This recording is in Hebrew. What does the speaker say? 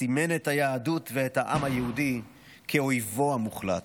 סימן את היהדות ואת העם היהודי כאויבו המוחלט.